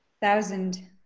thousand